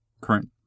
current